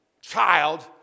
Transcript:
child